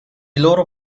loro